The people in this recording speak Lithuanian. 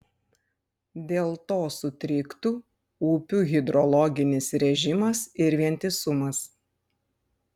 dėl to sutriktų upių hidrologinis režimas ir vientisumas